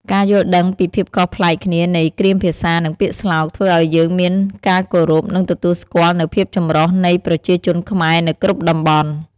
ការយល់ដឹងពីភាពខុសប្លែកគ្នានៃគ្រាមភាសានិងពាក្យស្លោកធ្វើឲ្យយើងមានការគោរព និងទទួលស្គាល់នូវភាពចម្រុះនៃប្រជាជនខ្មែរនៅគ្រប់តំបន់។